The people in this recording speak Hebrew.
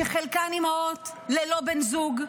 שחלקן אימהות ללא בן זוג,